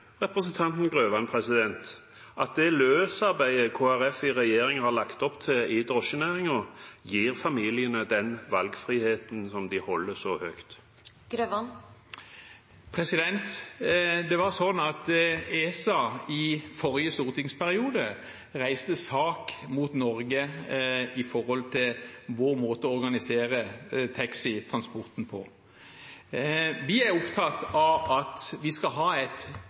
representanten Grøvan at det løsarbeidet Kristelig Folkeparti i regjering har lagt opp til i drosjenæringen, gir familiene den valgfriheten som de holder så høyt? Det var sånn at ESA i forrige stortingsperiode reiste sak mot Norge for vår måte å organisere taxitransporten på. Vi er opptatt av at vi skal ha et